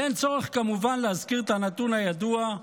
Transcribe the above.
אין צורך כמובן להזכיר את הנתון הידוע,